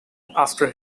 after